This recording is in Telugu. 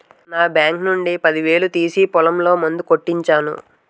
నా బాంకు నుండి పదివేలు తీసి పొలంలో మందు కొట్టించాను